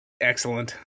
excellent